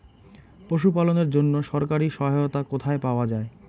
পশু পালনের জন্য সরকারি সহায়তা কোথায় পাওয়া যায়?